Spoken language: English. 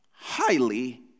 Highly